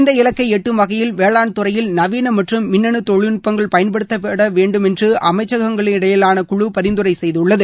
இந்த இலக்கை எட்டும் வகையில் வேளாண்துறையில் நவீன மற்றும் மின்னனு தொழில்நட்பங்கள் பயன்படுத்தப்பட வேண்டும் என்று அமைச்சகங்களிடையிலாள குழு பரிந்துரை செய்துள்ளது